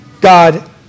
God